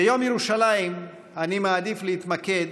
ביום ירושלים אני מעדיף להתמקד